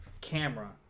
camera